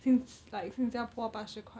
新 like 新加坡八十块